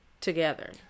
together